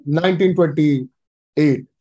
1928